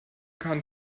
kann